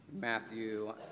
Matthew